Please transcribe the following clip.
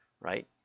right